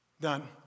done